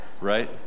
Right